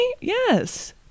Yes